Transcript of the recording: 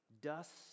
dust